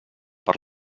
per